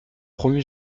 promu